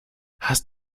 hast